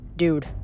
dude